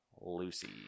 Lucy